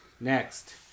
Next